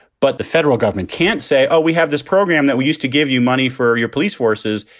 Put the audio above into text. but the federal government can't say, oh, we have this program that we used to give you money for your police forces.